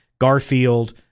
Garfield